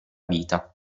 vita